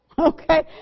okay